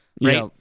right